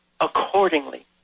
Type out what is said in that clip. accordingly